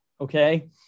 Okay